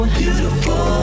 beautiful